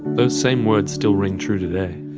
those same words still ring true today.